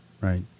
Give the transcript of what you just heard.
right